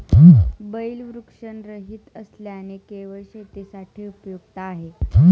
बैल वृषणरहित असल्याने केवळ शेतीसाठी उपयुक्त आहे